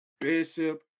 Bishop